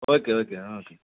okay okay okay